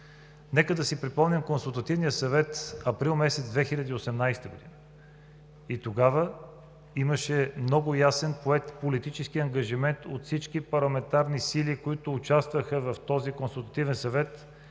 нека да си припомним Консултативния съвет април месец 2018 г. и тогава имаше много ясно поет политически ангажимент от всички парламентарни сили, които участваха в този Консултативен съвет,